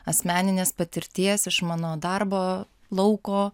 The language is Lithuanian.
asmeninės patirties iš mano darbo lauko